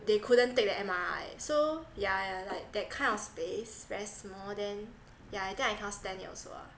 they couldn't take the M_R_I so yeah yeah like that kind of space very small then yeah I think I cannot stand it also ah